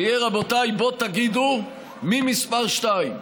תהיה, רבותיי: בואו תגידו מי מספר שתיים.